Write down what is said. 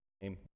name